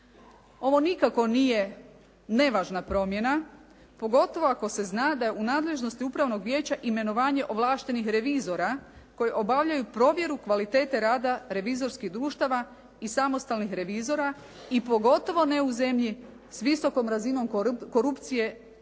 Ovo nikako nije nevažna promjena pogotovo ako se zna da je u nadležnosti Upravnog vijeća imenovanje ovlaštenih revizora koji obavljaju provjeru kvalitete rada revizorskih društava i samostalnih revizora i pogotovo ne u zemlji s visokom razinom korupcije kakva